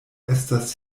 estas